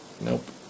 Nope